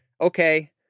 okay